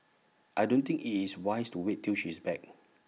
I don't think IT is wise to wait till she is back